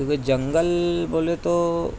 کیوں کہ جنگل بولے تو